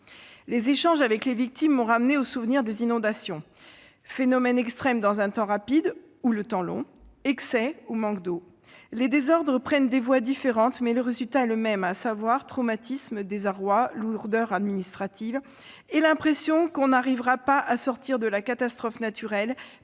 Les échanges avec les victimes m'ont ramenée au souvenir des inondations : phénomène extrême dans le temps rapide ou le temps long, excès ou manque d'eau. Les désordres prennent des voies différentes, mais le résultat est le même, à savoir traumatisme, désarroi, lourdeur administrative, et l'impression qu'on n'arrivera pas à sortir de la catastrophe naturelle,